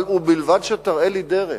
ובלבד שתראה לי דרך,